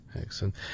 Excellent